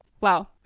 wow